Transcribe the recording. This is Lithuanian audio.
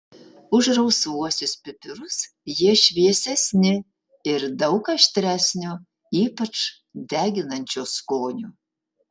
už rausvuosius pipirus jie šviesesni ir daug aštresnio ypač deginančio skonio